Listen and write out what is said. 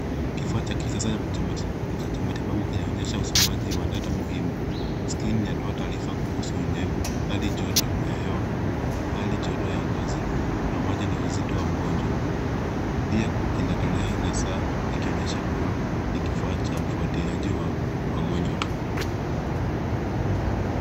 Kifaa cha kisasa cha matibabu kinaonyesha usomaji wa data muhimu. Skrini inatoa taarifa kuhusu unyevu, hali joto ya hewa, hali joto ya ngozi pamoja na uzito wa mgonjwa. Pia kina tarehe na saa ikionyesha kuwa ni kifaa cha ufuatiliaji wa wagonjwa.